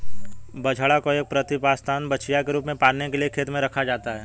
बछड़ा को एक प्रतिस्थापन बछिया के रूप में पालने के लिए खेत पर रखा जाता है